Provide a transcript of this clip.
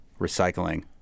recycling